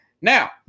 now